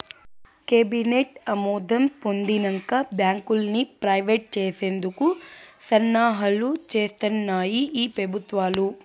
cabinet ఆమోదం పొందినంక బాంకుల్ని ప్రైవేట్ చేసేందుకు సన్నాహాలు సేస్తాన్నాయి ఈ పెబుత్వాలు